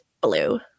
blue